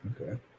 Okay